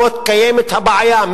הצעת החוק הממשלתית מבקשת לתחום את אחריות